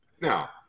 Now